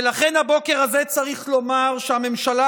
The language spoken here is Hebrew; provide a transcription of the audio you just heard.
ולכן הבוקר הזה צריך לומר שהממשלה